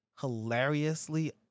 hilariously